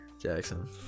jackson